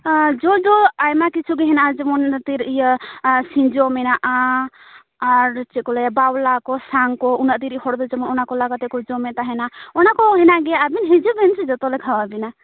ᱡᱚ ᱫᱚ ᱟᱭᱢᱟ ᱠᱤᱪᱷᱩ ᱜᱮ ᱦᱮᱱᱟᱜᱼᱟ ᱡᱮᱢᱚᱱ ᱤᱭᱟᱹ ᱥᱤᱧᱡᱳ ᱢᱮᱱᱟᱜᱼᱟ ᱟᱨ ᱪᱮᱫ ᱠᱚ ᱞᱟᱹᱭᱟ ᱵᱟᱣᱞᱟ ᱠᱚ ᱥᱟᱝ ᱠᱚ ᱩᱱᱟᱹᱜ ᱫᱤᱱ ᱨᱤᱱ ᱦᱚᱲ ᱫᱚ ᱡᱮᱢᱚᱱ ᱚᱱᱟ ᱠᱚ ᱞᱟ ᱠᱟᱛᱮᱫ ᱠᱚ ᱡᱚᱢᱮᱫ ᱛᱟᱦᱮᱱᱟ ᱚᱱᱟ ᱠᱚ ᱦᱮᱱᱟᱜ ᱜᱮᱭᱟ ᱟᱵᱮᱱ ᱦᱤᱡᱩᱜ ᱵᱮᱱ ᱡᱚᱛᱚ ᱞᱮ ᱠᱷᱟᱣᱟ ᱵᱮᱱᱟ